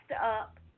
up